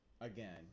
Again